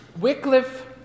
Wycliffe